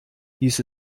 hieß